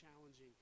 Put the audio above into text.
challenging